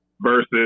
versus